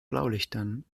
blaulichtern